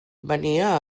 venia